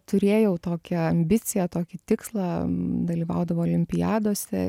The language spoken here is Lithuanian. turėjau tokią ambiciją tokį tikslą dalyvaudavau olimpiadose